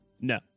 No